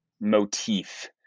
motif